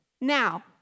Now